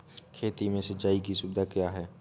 खेती में सिंचाई की सुविधा क्या है?